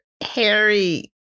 Harry